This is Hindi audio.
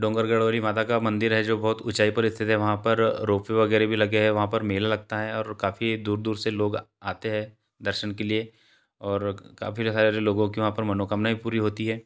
डोंगरगढ़ोरी माता का मंदिर है जो बहुत ऊँचाई पर स्थित है वहाँ पर रोपवे वगैरह भी लगे हैं वहाँ पर मेला लगता है और काफ़ी दूर दूर से लोग आते हैं दर्शन के लिए और काफ़ी जो है जो लोगों की वहाँ पर मनोकामनाऍं पूरी होती हैं